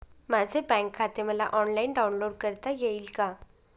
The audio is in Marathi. माझे बँक खाते मला ऑनलाईन डाउनलोड करता येईल का?